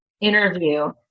interview